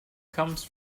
comes